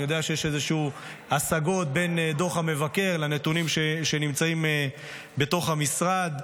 אני יודע שיש איזשהן השגות בין דוח המבקר לנתונים שנמצאים בתוך המשרד.